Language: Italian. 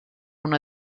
una